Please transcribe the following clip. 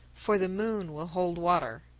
for the moon would hold water.